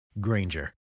Granger